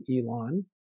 Elon